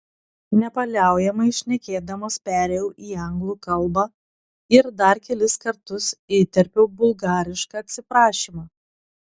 nepaliaujamai šnekėdamas perėjau į anglų kalbą ir dar kelis kartus įterpiau bulgarišką atsiprašymą